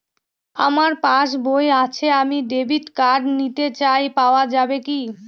আমার পাসবই আছে আমি ডেবিট কার্ড নিতে চাই পাওয়া যাবে কি?